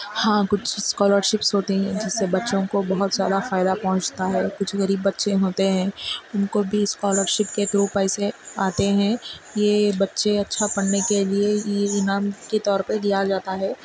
ہاں کچھ اسکالرشپس ہوتے ہیں جس سے بچوں کو بہت زیادہ فائدہ پہنچتا ہے کچھ غریب بچے ہوتے ہیں ان کو بھی اسکالرشپ کے تھرو پیسے آتے ہیں یہ بچے اچھا پڑھنے کے لیے انعام کے طور پہ دیا جاتا ہے